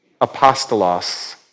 apostolos